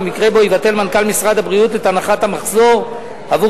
במקרה שבו יבטל מנכ"ל משרד הבריאות את הנחת המחזור עבור